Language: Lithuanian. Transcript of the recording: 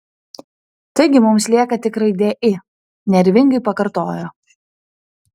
taigi mums lieka tik raidė i nervingai pakartojo